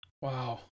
wow